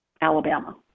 Alabama